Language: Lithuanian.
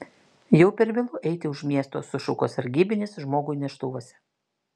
jau per vėlu eiti už miesto sušuko sargybinis žmogui neštuvuose